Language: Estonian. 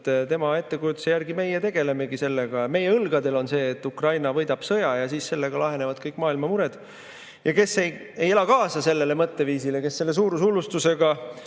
Tema ettekujutuse järgi meie tegelemegi sellega, meie õlgadel on see, et Ukraina võidab sõja, ja siis sellega lahenevad kõik maailma mured. Ja kes ei ela kaasa sellele mõtteviisile, kes selle suurushullustusega